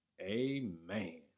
amen